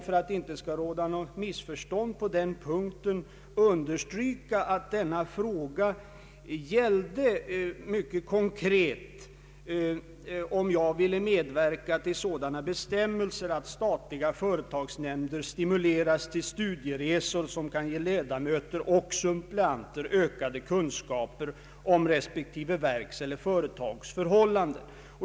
För att det inte skall råda något missförstånd på den punkten vill jag än en gång understryka att den frågan mycket konkret gällde om jag ville medverka till sådana bestämmelser att statliga företagsnämnder stimuleras till studieresor, som kan ge ledamöter och suppleanter ökade kunskaper om respektive verks eller företags förhållanden.